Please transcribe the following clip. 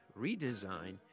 redesign